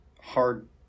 hard